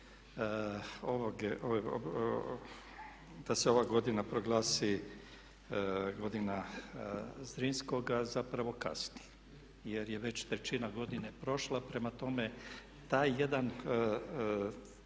da se ova godina proglasi godina Zrinskoga zapravo kasni jer je već trećina godine prošla. Prema tome taj jedan